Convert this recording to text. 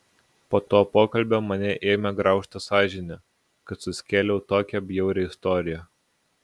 po to pokalbio mane ėmė graužti sąžinė kad suskėliau tokią bjaurią istoriją